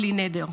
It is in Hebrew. בלי נדר,